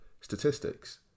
statistics